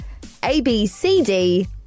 ABCD